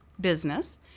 business